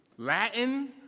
Latin